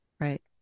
Right